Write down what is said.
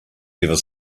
never